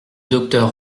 docteur